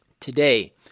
Today